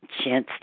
chance